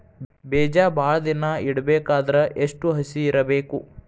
ಬೇಜ ಭಾಳ ದಿನ ಇಡಬೇಕಾದರ ಎಷ್ಟು ಹಸಿ ಇರಬೇಕು?